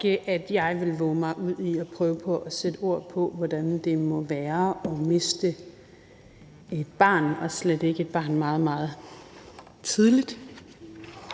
at jeg vil vove mig ud i at prøve på at sætte ord på, hvordan det må være at miste et barn og slet ikke at miste et barn meget, meget tidligt.